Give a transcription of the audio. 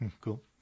Cool